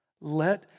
let